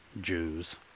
Jews